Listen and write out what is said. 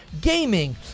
gaming